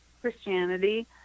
Christianity